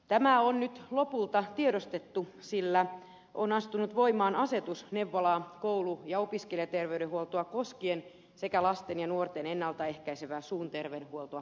tämä on nyt lopulta tiedostettu sillä on astunut voimaan asetus neuvola koulu ja opiskelijaterveydenhuoltoa koskien sekä lasten ja nuorten ennalta ehkäisevää suun terveydenhuoltoa koskien